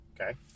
okay